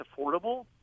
affordable